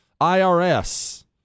IRS